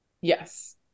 Yes